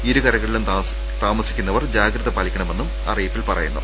ഇരുകരയിലും താമസിക്കുന്ന ജനങ്ങൾ ജാഗ്രത പാലിക്കണമെന്നും അറിയിപ്പിൽ പറയുന്നു